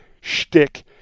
shtick